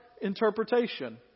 interpretation